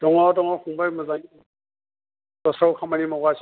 दङ दङ फंबाय मोजाङै दस्रायाव खामानि मावगासिनो